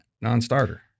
non-starter